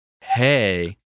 hey